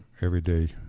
everyday